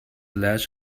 latch